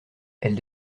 elle